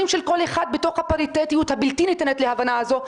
של כל אחד בתוף הפריטטיות הבלתי ניתנת להבנה הזאת,